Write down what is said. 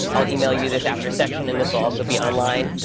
i'll email you this after section, and this also be online.